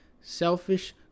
selfish